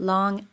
Long